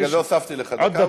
בגלל זה הוספתי לך דקה,